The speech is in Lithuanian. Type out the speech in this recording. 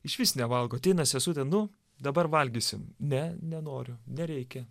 išvis nevalgo ateina sesutė nu dabar valgysim ne nenoriu nereikia